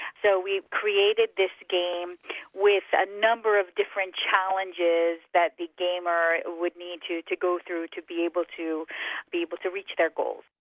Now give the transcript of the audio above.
so we created this game with a number of different challenges that the gamer would need to to go through to be able to be able to reach that goal.